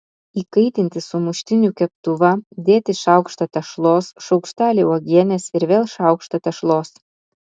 įkaitinti sumuštinių keptuvą dėti šaukštą tešlos šaukštelį uogienės ir vėl šaukštą tešlos